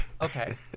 Okay